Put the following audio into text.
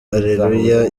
areruya